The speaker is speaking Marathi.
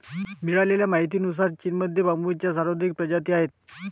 मिळालेल्या माहितीनुसार, चीनमध्ये बांबूच्या सर्वाधिक प्रजाती आहेत